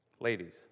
Ladies